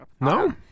no